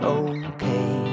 okay